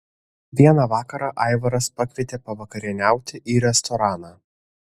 vieną vakarą aivaras pakvietė pavakarieniauti į restoraną